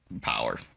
power